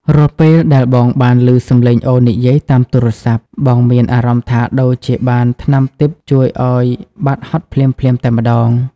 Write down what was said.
រាល់ពេលដែលបងបានឮសម្លេងអូននិយាយតាមទូរស័ព្ទ បងមានអារម្មណ៍ថាដូចជាបានថ្នាំទិព្វជួយឱ្យបាត់ហត់ភ្លាមៗតែម្តង។